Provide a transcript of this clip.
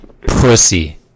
Pussy